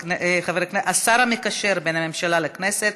השר המקשר בין הממשלה לכנסת